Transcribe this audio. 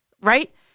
Right